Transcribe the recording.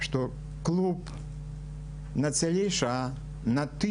נדחתה ללא שום